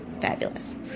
Fabulous